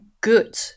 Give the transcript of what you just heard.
good